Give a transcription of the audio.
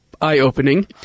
eye-opening